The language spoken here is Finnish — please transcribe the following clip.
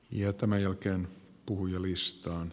ja tämän jälkeen puhujalistaan